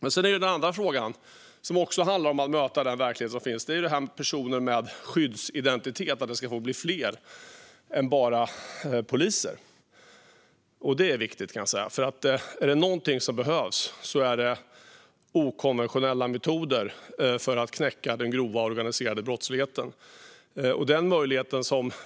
Den andra frågan som också handlar om att möta den verklighet som finns gäller att fler personer ska få skyddsidentitet än bara poliser. Det är viktigt. Om det är något som behövs är det okonventionella metoder för att knäcka den grova organiserade brottsligheten.